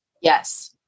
Yes